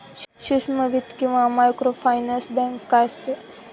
सूक्ष्म वित्त किंवा मायक्रोफायनान्स बँक काय असते?